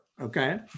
Okay